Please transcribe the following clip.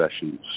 sessions